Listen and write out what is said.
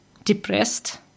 depressed